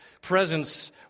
presence